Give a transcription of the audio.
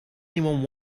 anyone